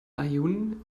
aaiún